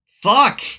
Fuck